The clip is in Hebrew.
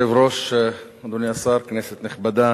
אדוני היושב-ראש, אדוני השר, כנסת נכבדה